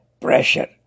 pressure